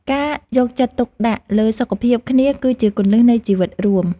ការយកចិត្តទុកដាក់លើសុខភាពគ្នាគឺជាគន្លឹះនៃជីវិតរួម។